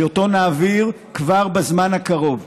שאותו נעביר כבר בזמן הקרוב.